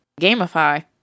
Gamify